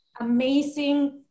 amazing